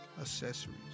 Accessories